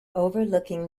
overlooking